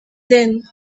then